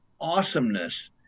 awesomeness